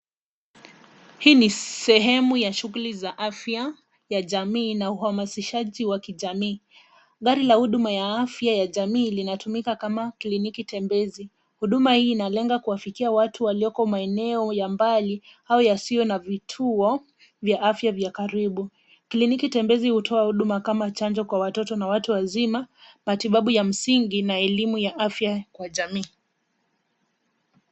Hii ni sehemu ya shughuli za afya ya jamii na uhamasishaji wa kijamii. Gari la huduma ya afya ya jamii linatumika kama kliniki tembezi. Huduma hii inalenga kuwafikia watu walioko maeneo ya mbali au yasiyo na vituo ya afya vya karibu. Kliniki tembezi hutoa huduma kama chanjo kwa watoto na watu wazima, matibabu ya msingi na elimu ya afya kwa jamii.